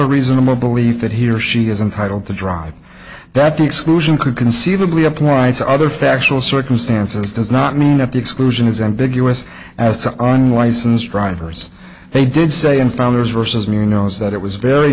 a reasonable belief that he or she is entitled to drive that the exclusion could conceivably apply to other factual circumstances does not mean that the exclusion is ambiguous as to on license drivers they did say in founders vs new knows that it was very